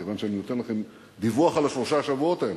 כיוון שאני נותן לכם דיווח על שלושת השבועות האלה,